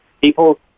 people